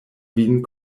vin